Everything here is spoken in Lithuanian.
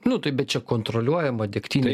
nu tai bet čia kontroliuojama degtinė